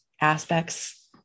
aspects